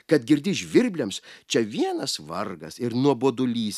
kad girdi žvirbliams čia vienas vargas ir nuobodulys